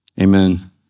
Amen